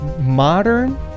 modern